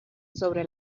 sobre